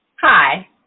Hi